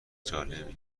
جالبی